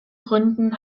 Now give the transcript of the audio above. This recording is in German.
gründen